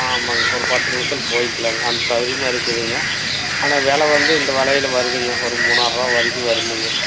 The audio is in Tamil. ஆமாங்க ஒரு பத்து நிமிஷத்தில் போயிக்கலாங்க அந்த சௌகரியமு இருக்குதுங்க ஆனால் வெலை வந்து இந்த வெலையில் வருதுங்க ஒரு மூணாயிர ருபா வரைக்கும் வருமுங்க